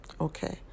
Okay